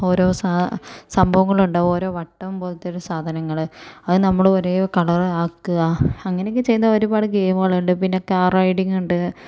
ഓരോ സാ സംഭവങ്ങളുണ്ടാവും ഓരോ വട്ടം പോലത്തെ ഒര് സാധനങ്ങള് അത് നമ്മള് ഒരേ കളര് ആക്കുക അങ്ങനെയൊക്കെ ചെയ്യുന്ന ഒരുപാട് ഗെയിമുകളുണ്ട് പിന്നെ കാർ റൈഡിങുണ്ട്